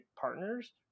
partners